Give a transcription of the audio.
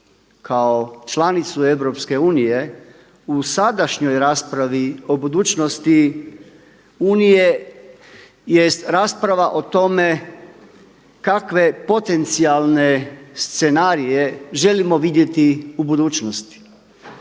kao članicu EU u sadašnjoj raspravi o budućnosti Unije jest rasprava o tome kakve potencijalne scenarije želimo vidjeti u budućnosti.